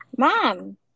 Mom